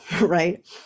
right